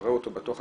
מראה אותו בדוח,